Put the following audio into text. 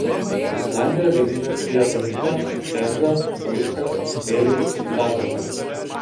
islandija gamina diatomitą pemzą druską smėlį bazaltą